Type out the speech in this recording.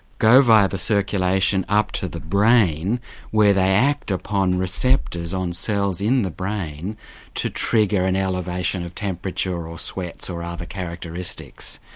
go via the circulation up to the brain where they act upon receptors on cells in the brain to trigger an elevation of temperature or sweats or other characteristics.